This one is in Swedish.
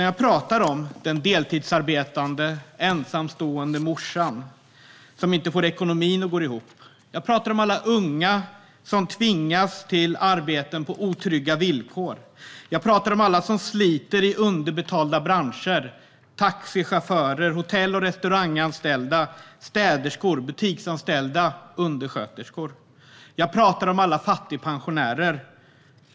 Jag pratar om den deltidsarbetande ensamstående morsan som inte får ekonomin att gå ihop. Jag pratar om alla unga som tvingas till arbete på otrygga villkor. Jag pratar om alla som sliter i underbetalda branscher: taxichaufförer, hotell och restauranganställda, städerskor, butiksanställda, undersköterskor. Jag pratar om alla fattigpensionärer.